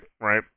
right